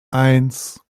eins